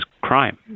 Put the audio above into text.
crime